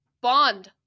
bond